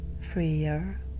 freer